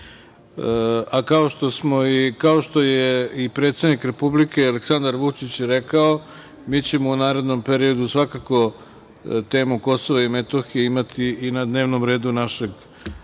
što je i predsednik Republike Aleksandar Vučić rekao, mi ćemo u narednom periodu svakako temu Kosova i Metohije imati i na dnevnom redu našeg plenarnog